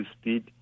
speed